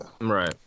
Right